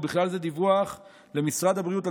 ובכלל זה דיווח למשרד הבריאות על